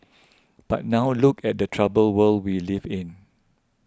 but now look at the troubled world we live in